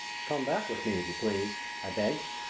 come back with me, if you please, i begged.